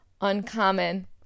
uncommon